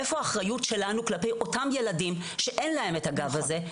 איפה האחריות שלנו כלפי אותם ילדים שאין להם את הגב הזה,